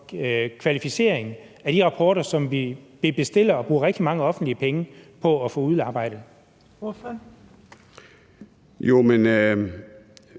kvalificering af de rapporter, som vi bestiller og bruger rigtig mange offentlige penge på at få udarbejdet? Kl.